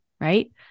right